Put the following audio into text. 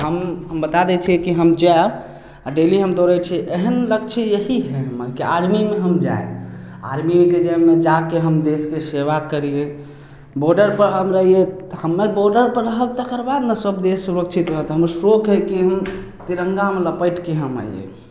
हम हम बता दै छिए कि हम जाएब आओर डेली हम दौड़ै छी एहन लक्ष्य यही हइ हमर कि आर्मीमे हम जाएब आर्मीमे जाइमे जाके हम देशके सेवा करिए बॉडरपर हम रहिए हमर बॉडरपर रहब तऽ तकर बाद ने सब देश सुरक्षित रहतै हमर सौख हइ कि तिरङ्गामे लपटिके हम आइए